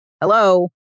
hello